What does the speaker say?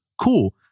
cool